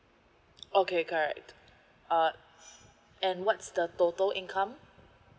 okay correct uh and what's the total income